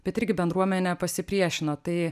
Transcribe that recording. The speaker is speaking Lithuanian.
bet irgi bendruomenė pasipriešino tai